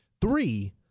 Three